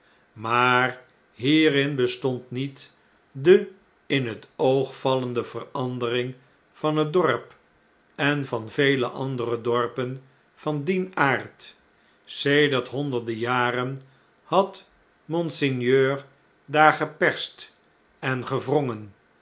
maar hierin bestond niet de in het oogvallende verandering van het dorp en van vele andere dorpen van dien aard sedert honderden jaren had monseigneur daar geperst en gewrongen